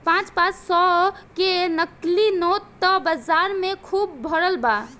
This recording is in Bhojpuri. पाँच पाँच सौ के नकली नोट त बाजार में खुब भरल बा